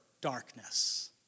darkness